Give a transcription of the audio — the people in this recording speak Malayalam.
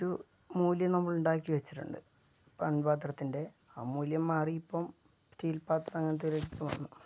ഒരു മൂല്യം നമ്മൾ ഉണ്ടാക്കി വെച്ചിട്ടുണ്ട് മൺപാത്രത്തിൻ്റെ അ മൂല്യം മാറി ഇപ്പം സ്റ്റീൽ പാത്രം അങ്ങനെത്തേതിലേക്ക് ഒക്കെ വന്നു